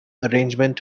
arrangement